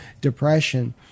depression